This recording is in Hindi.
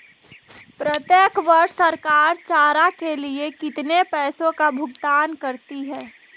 प्रत्येक वर्ष सरकार चारा के लिए कितने पैसों का भुगतान करती है?